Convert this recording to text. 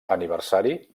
aniversari